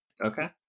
okay